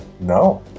No